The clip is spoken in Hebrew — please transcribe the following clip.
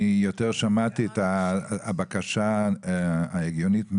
אני יותר שמעתי את הבקשה ההגיונית מאוד,